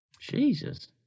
Jesus